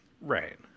Right